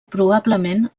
probablement